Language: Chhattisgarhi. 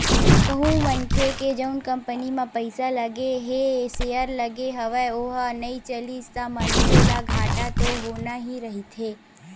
कहूँ मनखे के जउन कंपनी म पइसा लगे हे सेयर लगे हवय ओहा नइ चलिस ता मनखे ल घाटा तो होना ही रहिथे